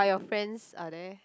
are your friends are there